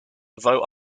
though